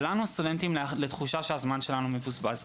ולנו הסטודנטים לתחושה שהזמן שלנו מבוזבז.